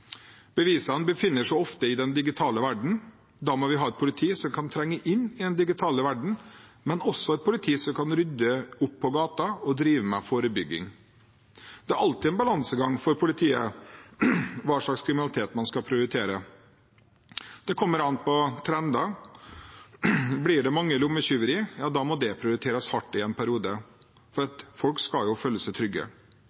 Bevisene befinner seg ofte i den digitale verden. Da må vi ha et politi som kan trenge inn i den digitale verden, men også et politi som kan rydde opp på gata og drive med forebygging. Det er alltid en balansegang for politiet hva slags kriminalitet man skal prioritere. Det kommer an på trender. Blir det mange lommetyverier, ja, da må det prioriteres hardt i en periode, for